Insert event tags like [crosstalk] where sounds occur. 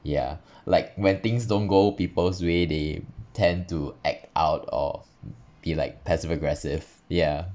ya [breath] like when things don't go people's way they tend to act out of [noise] be like passive aggressive ya